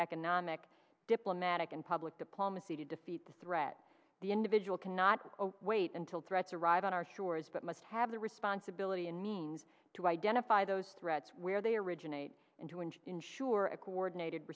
economic diplomatic and public diplomacy to defeat the threat the individual cannot wait until threats arrive on our shores but must have the responsibility and means to identify those threats where they originate into and ensure a coordinated